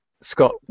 Scott